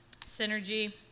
Synergy